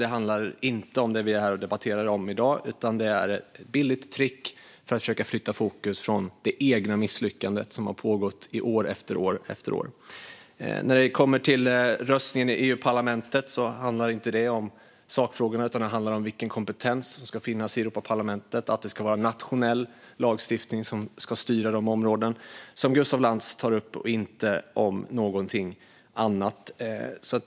Det handlar inte om det som vi debatterar här i dag, utan det är ett billigt trick för att försöka flytta fokus från det egna misslyckandet, som har pågått år efter år. När det kommer till röstningen i EU-parlamentet handlar det inte om sakfrågorna utan om vilken kompetens som ska finnas i Europaparlamentet och om att nationell lagstiftning ska styra de områden som Gustaf Lantz tar upp. Det handlar inte om något annat.